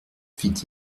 fit